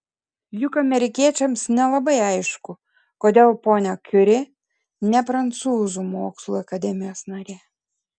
juk amerikiečiams nelabai aišku kodėl ponia kiuri ne prancūzų mokslų akademijos narė